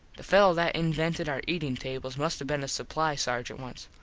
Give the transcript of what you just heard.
the fello that invented our eatin tables must have been a supply sargent once.